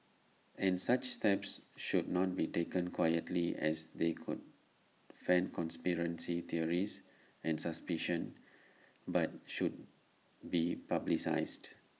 and such steps should not be taken quietly as they could fan conspiracy theories and suspicion but should be publicised